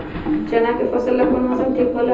चाना के फसल ला कौन मौसम ठीक होला?